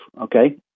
okay